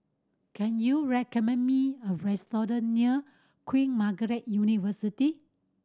can you recommend me a restaurant near Queen Margaret University